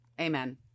Amen